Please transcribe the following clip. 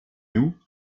nous